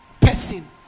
person